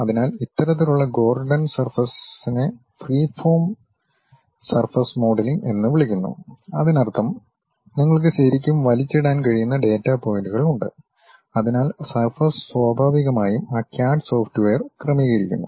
അതിനാൽ ഇത്തരത്തിലുള്ള ഗോർഡൻ സർഫസ്നെ ഫ്രീഫോം സർഫസ് മോഡലിംഗ് എന്ന് വിളിക്കുന്നു അതിനർത്ഥം നിങ്ങൾക്ക് ശരിക്കും വലിച്ചിടാൻ കഴിയുന്ന ഡാറ്റാ പോയിന്റുകൾ ഉണ്ട് അതിനാൽ സർഫസ് സ്വാഭാവികമായും ആ ക്യാഡ് സോഫ്റ്റ്വെയർ ക്രമീകരിക്കുന്നു